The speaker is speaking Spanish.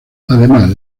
además